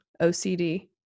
OCD